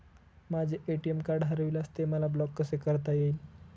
माझे ATM card हरविल्यास ते मला ब्लॉक कसे करता येईल?